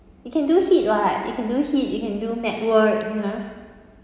you can do heat [what] you can do heat you can do mat work you know